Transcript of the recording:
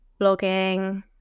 blogging